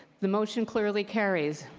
the motion clearly carries.